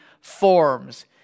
forms